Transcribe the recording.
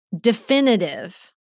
definitive